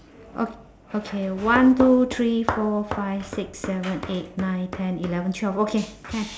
okay one two three four five six seven eight nine ten eleven twelve okay can